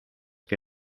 que